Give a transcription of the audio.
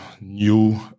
New